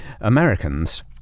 Americans